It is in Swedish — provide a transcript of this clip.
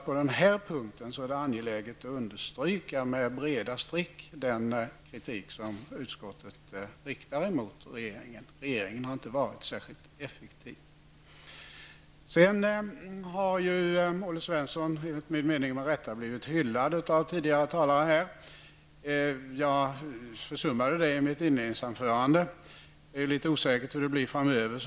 På den här punkten är det alltså angeläget att med breda streck understryka den kritik som utskottet riktar emot regeringen. Regeringen har inte varit särskilt effektiv. Olle Svensson har, enligt min mening med rätta, blivit hyllad av tidigare talare. Jag försummade att göra det i mitt inledningsanförande -- det är såvitt jag kan förstå litet osäkert hur det blir framöver.